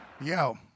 yo